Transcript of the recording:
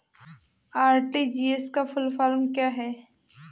RTGS का full form क्या है?